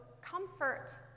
comfort